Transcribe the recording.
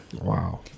Wow